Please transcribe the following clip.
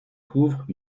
couvrent